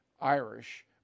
Irish